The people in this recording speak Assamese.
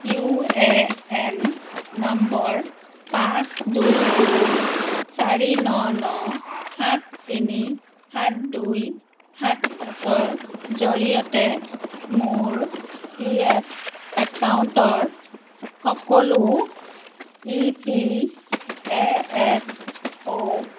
ইউ এ এন নম্বৰ পাঁচ দুই দুই চাৰি ন ন সাত তিনি সাত দুই সাত পাঁচ ৰ জৰিয়তে মোৰ পি এফ একাউণ্টৰ সকলো E P A F O